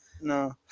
No